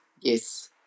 Yes